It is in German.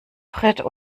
frites